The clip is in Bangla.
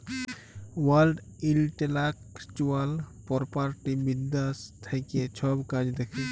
ওয়াল্ড ইলটেল্যাকচুয়াল পরপার্টি বিদ্যাশ থ্যাকে ছব কাজ দ্যাখে